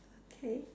okay